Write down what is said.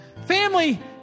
Family